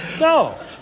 No